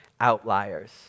outliers